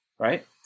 right